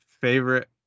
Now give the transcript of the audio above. favorite